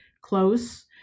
close